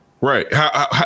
Right